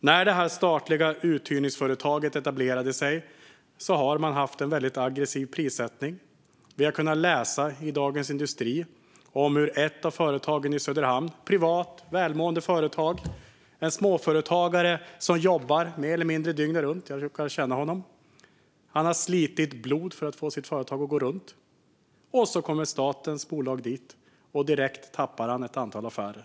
Sedan det här statliga uthyrningsföretaget etablerade sig har man haft en väldigt aggressiv prissättning. Vi har kunnat läsa i Dagens industri om ett av företagen i Söderhamn, ett välmående privat företag. Det är en småföretagare som jobbar mer eller mindre dygnet runt. Jag råkar känna honom. Han har slitit blod för att få sitt företag att gå runt. Och så kommer statens bolag dit. Direkt tappar han ett antal affärer.